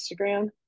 Instagram